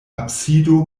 absido